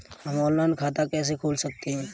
हम ऑनलाइन खाता कैसे खोल सकते हैं?